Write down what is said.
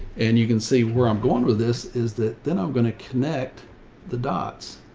and you can see where i'm going with this is that. then i'm going to connect the dots.